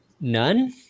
None